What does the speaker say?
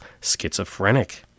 schizophrenic